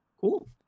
Cool